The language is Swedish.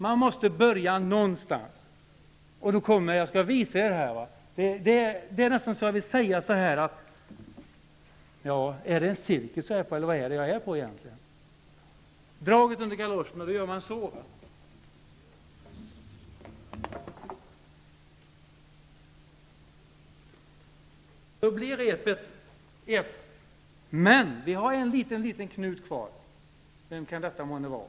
Man måste börja någonstans -- jag skall visa er. Det är nästan så att jag vill fråga: Är det en cirkus jag är på eller vad är det egentligen jag är på? Draget under galoscherna -- det innebär att man gör som jag gör nu. Då blir repet ett. Men vi har en liten, liten knut kvar -- vem kan det månne vara?